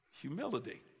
Humility